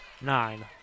nine